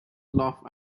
laughed